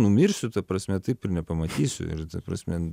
numirsiu ta prasme taip ir nepamatysiu ir ta prasme